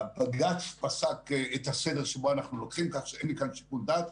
הבג"ץ פסק את הסדר שבו אנחנו לוקחים כך שאין לי כאן שיקול דעת.